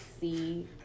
see